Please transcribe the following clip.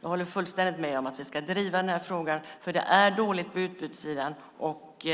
Jag håller fullständigt med om att vi ska driva den här frågan, för det är dåligt på utbudssidan, och